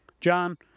John